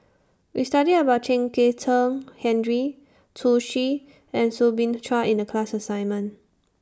We studied about Chen Kezhan Henri Zhu Xu and Soo Bin Chua in The class assignment